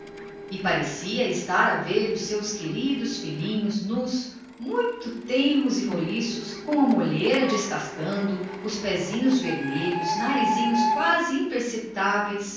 e tinha já defronte dos seus olhos os seus queridos filhinhos nus muito tenros e roliços com a moleira descascando os pezinhos vermelhos narizinhos quase imperceptíveis